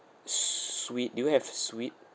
suite do you have suite